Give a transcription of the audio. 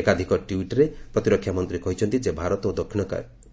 ଏକାଧିକ ଟ୍ୱିଟ୍ରେ ପ୍ରତିରକ୍ଷାମନ୍ତ୍ରୀ କହିଛନ୍ତି ଯେ ଭାରତ ଓ ଦକ୍ଷିଣ